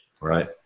Right